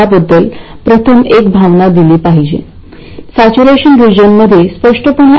ही अभिव्यक्ती नेहमीच योग्य असते